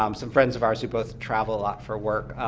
um some friends of ours who both travel a lot for work,